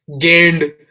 Gained